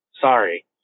Sorry